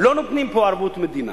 לא נותנים פה ערבות מדינה